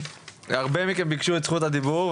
הרבה מכם ביקשו את זכות הדיבור,